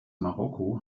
marokko